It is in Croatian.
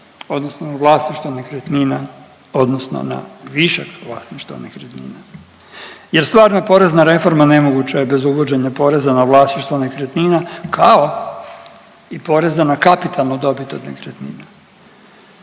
odnosno vlasništvo nekretnina odnosno na višak vlasništva nekretnina jer stvarno porezna reforma nemoguća je bez uvođenja poreza na vlasništvo nekretnina, kao i poreza na kapitalnu dobit od nekretnina.